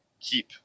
keep